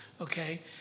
okay